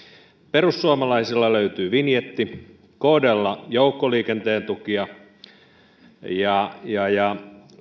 perussuomalaisilta löytyy vinjetti kdlta joukkoliikenteen tukia ja ja